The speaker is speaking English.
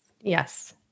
Yes